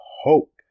hope